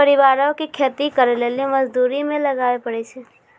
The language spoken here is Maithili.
परिवारो के खेती करे लेली मजदूरी नै लगाबै पड़ै छै